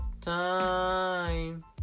time